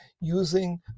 using